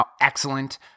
excellent